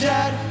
Dad